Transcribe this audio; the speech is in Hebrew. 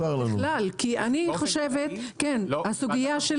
אני מדברת על